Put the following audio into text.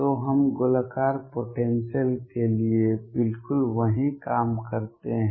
तो हम गोलाकार पोटेंसियल के लिए बिल्कुल वही काम करते हैं